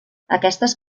aquestes